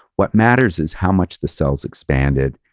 what matters is how much the cells expanded,